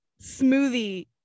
smoothie